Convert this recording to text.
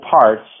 parts